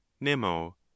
nemo